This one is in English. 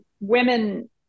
women